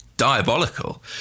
diabolical